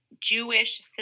Jewish